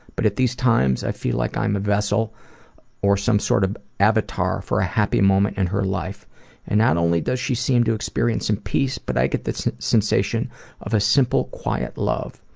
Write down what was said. but at these times i feel like i'm a vessel or some sort of avatar for a happy moment in her life and not only does she seem to experience and peace but i get this sensation of a simple quiet love.